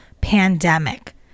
pandemic